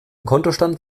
kontostand